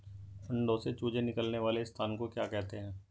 अंडों से चूजे निकलने वाले स्थान को क्या कहते हैं?